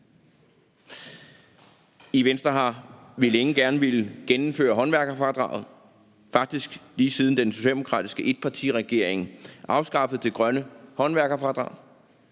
I Venstre har vi længe gerne villet genindføre håndværkerfradraget, faktisk lige siden den socialdemokratiske etpartiregering afskaffede det grønne håndværkerfradrag.